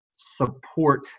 support